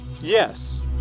Yes